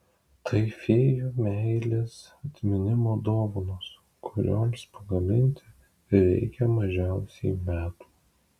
tai fėjų meilės atminimo dovanos kurioms pagaminti reikia mažiausiai metų